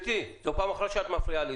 זו פעם אחרונה שאת מתפרצת.